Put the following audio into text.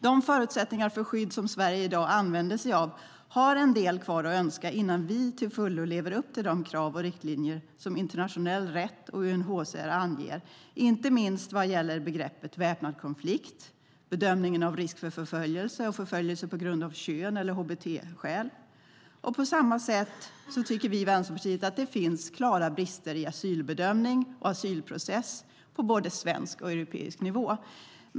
De förutsättningar för skydd som Sverige i dag använder sig av har en del kvar att önska innan vi till fullo lever upp till de krav och riktlinjer som internationell rätt och UNHCR anger, inte minst vad gäller begreppet väpnad konflikt, bedömningen av risk för förföljelse och förföljelse på grund av kön eller hbt-skäl. På samma sätt tycker vi i Vänsterpartiet att det finns klara brister i asylbedömning och asylprocess på både svensk och europeisk nivå.